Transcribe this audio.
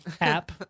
app